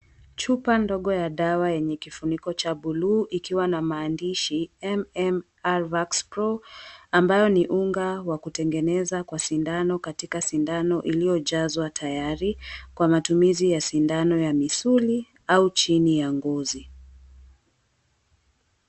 Chupa ndogo ya dawa yenye kifuniko cha buluu ikiwa na maandishi, MMR Vax Pro, ambayo ni unga wa kutengeneza kwa sindano katika sindano iliyojazwa tayari kwa matumizi ya sindano ya misuli au chini ya ngozi.